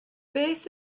beth